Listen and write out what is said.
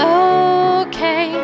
okay